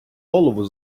голову